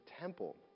temple